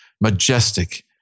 Majestic